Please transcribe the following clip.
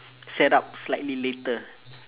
set up slightly later